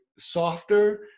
softer